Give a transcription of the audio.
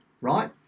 right